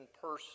person